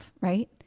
right